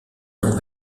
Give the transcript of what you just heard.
non